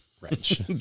wrench